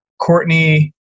Courtney